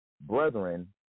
brethren